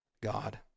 God